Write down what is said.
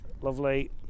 Lovely